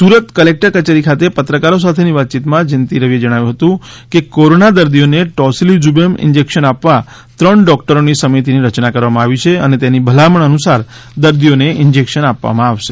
Surat collector કચેરી ખાતે પત્રકારો સાથેની વાતચીતમા જયંતિ રવિએ જણાવ્યું હતું કે કોરોના દર્દીઓને ટોસીલીઝ્રમેબ ઇન્જેકશન આપવા ત્રણ ડોક્ટરોની સમિતીની રચના કરવામાં આવી છે અને તેની ભલામણ અનુસાર દર્દીઓને ઈન્જેકશન આપવામાં આવશે